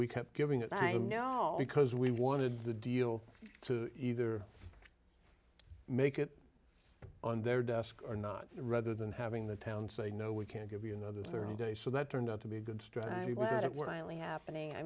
we kept giving it i know because we wanted the deal to either make it on their desk or not rather than having the town say no we can't give you another thirty days so that turned out to be a good strategy but it was only happening i